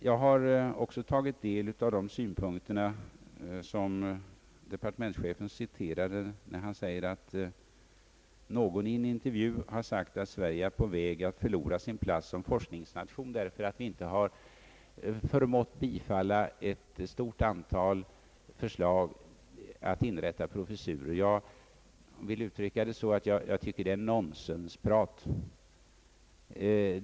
Jag har också tagit del av de synpunkter som departementschefen citerade när han säger, att någon i en intervju har uttalat att Sverige är på väg att förlora sin plats som forskningsnation, därför att vi inte har förmått bifalla ett stort antal förslag om inrättande av professurer. Detta är nonsensprat.